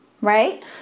right